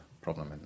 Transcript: problem